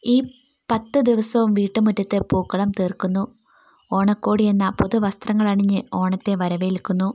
ഈ പത്തുദിവസവും വീട്ടുമുറ്റത്ത് പൂക്കളം തീർക്കുന്നു ഓണക്കോടിയെന്ന പുതു വസ്ത്രങ്ങളണിഞ്ഞ് ഓണത്തെ വരവേൽക്കുന്നു